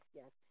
yes